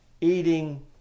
eating